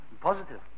Positive